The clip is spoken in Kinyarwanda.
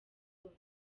rwose